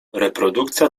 reprodukcja